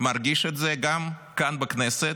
גם כאן בכנסת,